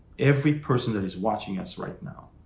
every person that is watching us right now,